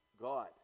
God